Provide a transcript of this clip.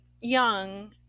young